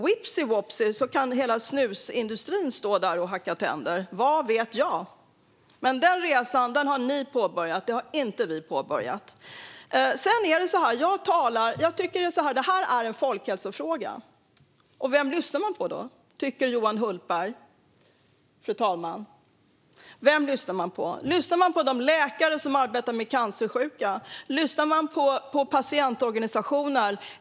Vips, så kan hela snusindustrin stå och hacka tänder - vad vet jag? Men den resan har ni påbörjat och inte vi. Det här är en folkhälsofråga. Vem lyssnar man på då, tycker Johan Hultberg? Lyssnar man på de läkare som arbetar med cancersjuka? Lyssnar man på patientorganisationer?